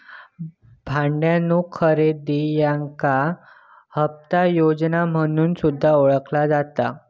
भाड्यानो खरेदी याका हप्ता योजना म्हणून सुद्धा ओळखला जाता